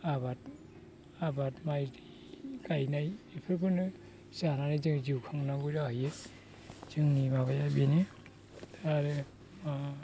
आबाद माइ गायनाय बेफोरखौनो जानानै जों जिउ खांनांगौ जाहैयो जोंनि माबाया बेनो दा आरो